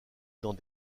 dans